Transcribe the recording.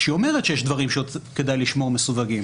היא אומרת שיש דברים שכדאי לשמור מסווגים,